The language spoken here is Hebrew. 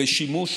בשימוש